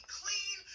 clean